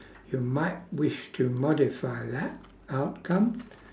you might wish to modify that outcome